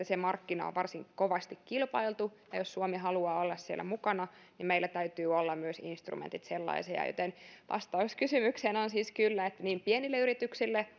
se markkina on varsin kovasti kilpailtu niin jos suomi haluaa olla siellä mukana meillä täytyy olla myös instrumentit sellaisia vastaus kysymykseen on siis kyllä eli kasvuhaluisuutta on niin pienille yrityksille